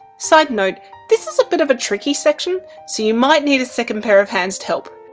side note this is a bit of a tricky section so you might need a second pair of hands to help.